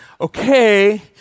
okay